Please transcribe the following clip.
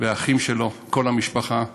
והאחים שלו, כל המשפחה והחברים,